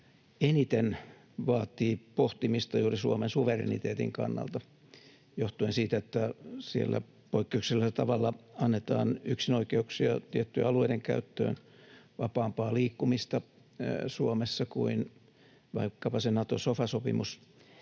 eniten vaatii pohtimista juuri Suomen suvereniteetin kannalta, johtuen siitä, että siellä poikkeuksellisella tavalla annetaan yksinoikeuksia tiettyjen alueiden käyttöön ja vapaampaa liikkumista Suomessa kuin vaikkapa se Nato-sofa-sopimus